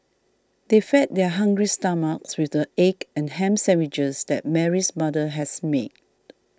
they fed their hungry stomachs with the egg and ham sandwiches that Mary's mother had made